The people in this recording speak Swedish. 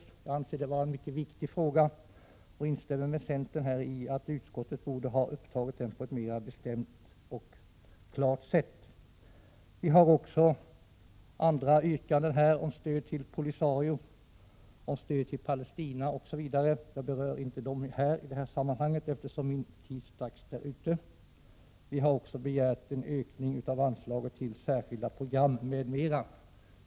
Jag anser att det är en mycket viktig fråga och instämmer med centern i att utskottet borde ha tagit upp den på ett mera bestämt och klart sätt. Vpk har också andra yrkanden om stöd till Polisario, stöd till Palestina osv., men jag berör dem inte nu. Vi har också begärt en ökning av anslaget till särskilda program m.m.